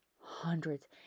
hundreds